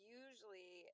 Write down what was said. usually